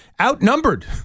outnumbered